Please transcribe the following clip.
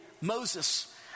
Moses